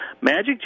Magic